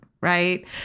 right